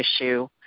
issue